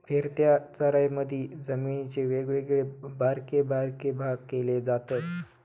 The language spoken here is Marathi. फिरत्या चराईमधी जमिनीचे वेगवेगळे बारके बारके भाग केले जातत